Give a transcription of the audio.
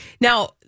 Now